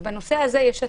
בנושא הזה יש התאמה,